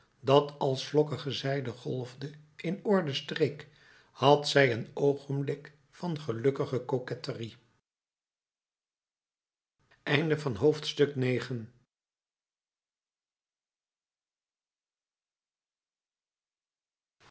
dat als vlokkige zijde golfde in orde streek had zij een oogenblik van gelukkige coquetterie